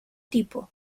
tipo